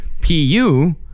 P-U